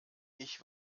ich